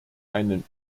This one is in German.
einen